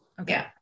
okay